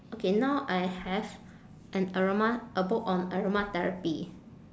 okay now I have an aroma a book on aromatherapy